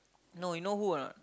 no you know who or not